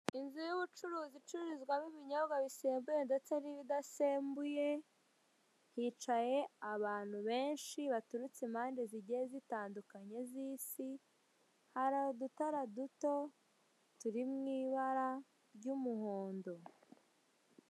Inzu y'ubucuruzi icururizwamo ibinyobwa bisembuye ndetse n'ibidasembuye, hicaye abantu benshi baturutse impande zigiye zitandukanye z'isi, hari udutara duto turi mu ibara ry'umuhondo.